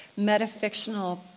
metafictional